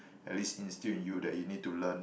at least instill in you that you need to learn